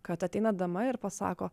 kad ateina dama ir pasako